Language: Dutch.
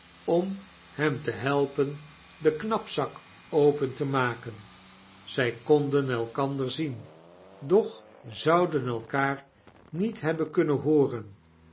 om hem te helpen den knapzak open te maken zij konden elkander zien doch zouden elkaar niet hebben kunnen hooren